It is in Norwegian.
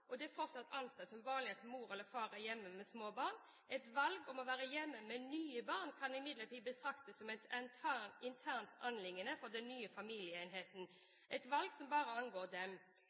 og at det fortsatt er ansett som vanlig at mor eller far er hjemme med små barn. Et valg om å være hjemme med nye barn kan imidlertid betraktes som et internt anliggende for den nye familieenheten – et valg som bare angår dem.